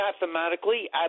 mathematically